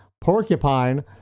porcupine